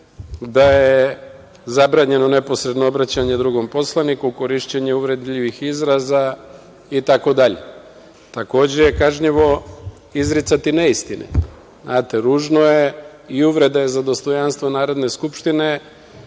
da je zabranjeno neposredno obraćanje drugom poslaniku, korišćenje uvredljivih izraza itd. Takođe je kažnjivo izricati neistine, znate, ružno je, i uvrede za dostojanstvo Narodne skupštine,